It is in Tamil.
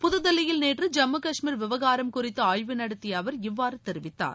புதுதில்லியில் நேற்று ஜம்மு காஷ்மீர் விவகாரம் குறித்து ஆய்வு நடத்திய அவர் இவ்வாறு தெரிவித்தார்